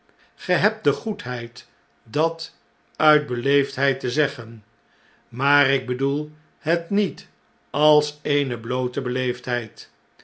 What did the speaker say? ge hebt de goedheid dat uit beleefdheid te zeggen maar ik bedoel het niet als eene bloote